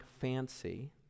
fancy